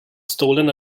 stolen